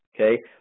Okay